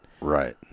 Right